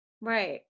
Right